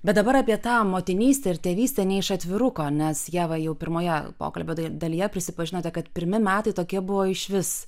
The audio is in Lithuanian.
bet dabar apie tą motinystę ir tėvystę ne iš atviruko nes ieva jau pirmoje pokalbio dalyje prisipažinote kad pirmi metai tokie buvo išvis